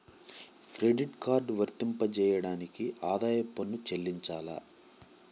Credit card వర్తింపజేయడానికి ఆదాయపు పన్ను చెల్లించాలా?